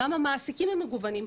גם המעסיקים הם מגוונים,